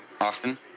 Austin